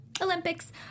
Olympics